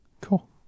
Cool